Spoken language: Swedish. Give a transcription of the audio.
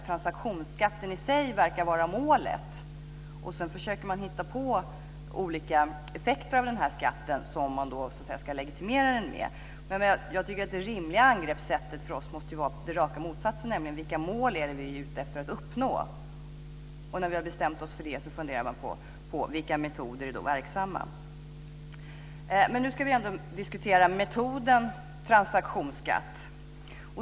Transaktionsskatten i sig verkar vara målet. Sedan försöker man hitta på olika effekter av den här skatten för att legitimera den. Men det rimliga angreppssättet för oss måste ju vara raka motsatsen: Vilka mål är det som vi är ute efter att uppnå? När vi bestämt oss för det gäller det att fundera över vilka metoder som är verksamma. Nu ska vi alltså diskutera metoden transaktionsskatt.